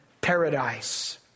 paradise